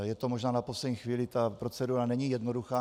Je to možná na poslední chvíli, ta procedura není jednoduchá.